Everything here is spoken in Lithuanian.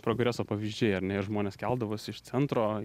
progreso pavyzdžiai ar ne ir žmonės keldavosi iš centro